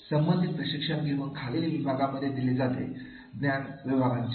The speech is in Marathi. संबंधित प्रशिक्षण घेऊन खालील विभागांमध्ये दिले जाते ज्ञान विभागांमध्ये